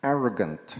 Arrogant